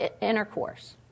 intercourse